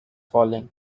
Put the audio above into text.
falling